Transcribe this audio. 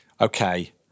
Okay